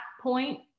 point